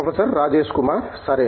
professor Rajesh Kumar సరే